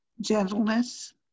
gentleness